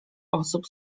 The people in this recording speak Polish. osób